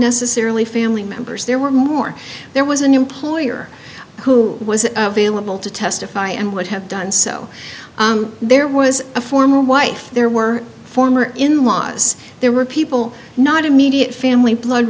necessarily family members there were more there was an employer who was available to testify and would have done so there was a former wife there were former in laws there were people not immediate family blood